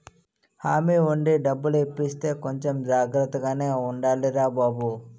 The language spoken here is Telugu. హామీ ఉండి డబ్బులు ఇప్పిస్తే కొంచెం జాగ్రత్తగానే ఉండాలిరా బాబూ